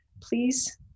Please